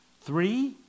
three